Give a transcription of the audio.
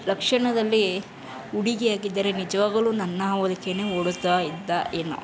ಲಕ್ಷಣದಲ್ಲಿ ಹುಡುಗಿಯಾಗಿದ್ದರೆ ನಿಜವಾಗಲೂ ನನ್ನ ಹೋಲಿಕೆಯೇ ಹೋಲುತ್ತಾ ಇದ್ದ ಏನೋ